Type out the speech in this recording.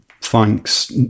thanks